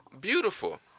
beautiful